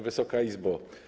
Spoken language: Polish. Wysoka Izbo!